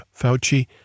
Fauci